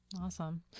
Awesome